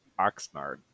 Oxnard